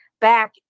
back